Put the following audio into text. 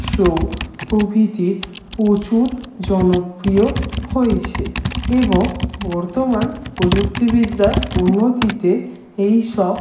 show প্রভৃতি প্রচুর জনপ্রিয় হয়েছে এবং বর্তমান প্রযুক্তিবিদ্যার উন্নতিতে এইসব